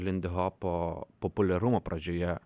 lindihopo populiarumo pradžioje